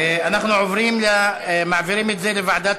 בעד,